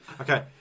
Okay